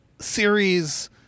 series